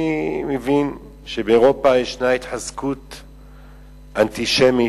אני מבין שבאירופה יש התחזקות של האנטישמיות,